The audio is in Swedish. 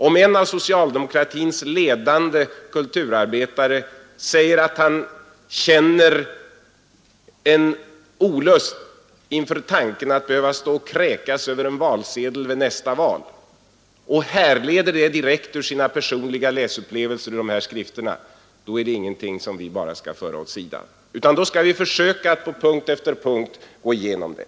Om en av socialdemokratins ledande kulturarbetare säger att han känner en olust inför tanken att behöva stå och kräkas över en valsedel vid nästa val och härleder det direkt ur sina personliga läsupplevelser i de här skrifterna, så är det ingenting som vi bara skall föra åt sidan, utan då skall vi försöka att på punkt efter punkt gå igenom det.